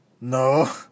no